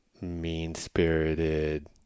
mean-spirited